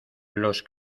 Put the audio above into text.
los